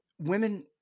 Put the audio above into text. women